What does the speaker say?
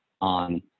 on